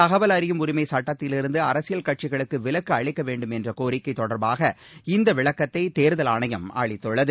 தகவல் அறியும் உரிமை சுட்டத்திலிருந்து அரசியல் கட்சிகளுக்கு விலக்கு அளிக்க வேண்டும் என்ற கோரிக்கை தொடர்பாக இந்த விளக்கத்தை தேர்தல் ஆணையம் அளித்துள்ளது